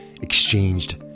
exchanged